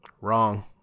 Wrong